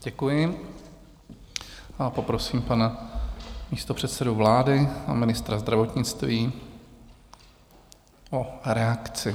Děkuji a poprosím pana místopředsedu vlády a ministra zdravotnictví o reakci.